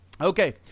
Okay